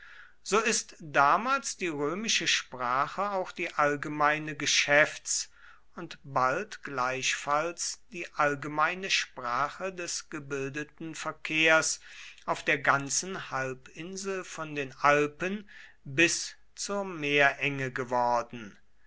so ist damals die römische sprache auch die allgemeine geschäfts und bald gleichfalls die allgemeine sprache des gebildeten verkehrs auf der ganzen halbinsel von den alpen bis zur meerenge geworden